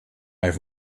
have